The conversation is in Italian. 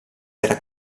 era